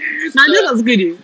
nadia tak suka dia